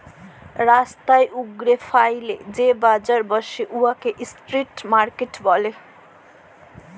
রাস্তার উপ্রে ফ্যাইলে যে বাজার ব্যসে উয়াকে ইস্ট্রিট মার্কেট ব্যলে